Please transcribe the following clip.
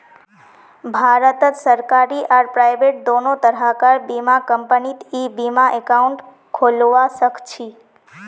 भारतत सरकारी आर प्राइवेट दोनों तरह कार बीमा कंपनीत ई बीमा एकाउंट खोलवा सखछी